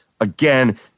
Again